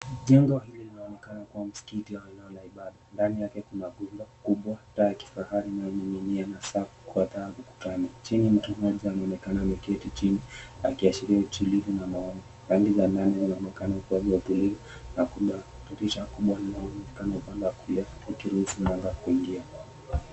Jengo hili linaonekana kuwa msikiti au eneo la ibada, ndani yake kuna cooler kubwa, taa ya kifahari inayoning'inia na saa kubwa ya dhahabu ukutani. Chini mtu mmoja anaonekana ameketi chini akiashiria utulivu na maombi. Rangi za ndani zinaonekana hali ya utulivu na kuna dirisha kubwa linaloonekana upande wa kulia likiruhusu mwanga kuingia.